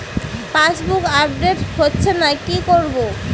Passbook update হচ্ছেনা কি করবো?